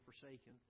forsaken